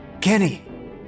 Kenny